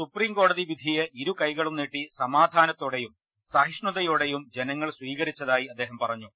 സുപ്രീംകോടതി വിധിയെ ഇരുകൈകളും നീട്ടി സമാധാനത്തോടെയും സഹിഷ്ണുതയോടെയും ജനങ്ങൾ സ്വീക രിച്ചതായി അദ്ദേഹം പറഞ്ഞു